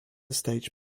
stage